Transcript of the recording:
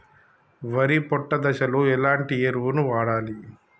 వరి పొట్ట దశలో ఎలాంటి ఎరువును వాడాలి?